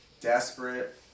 desperate